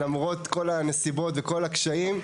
למרות כל הנסיבות וכל הקשיים,